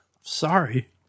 Sorry